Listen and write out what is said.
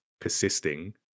persisting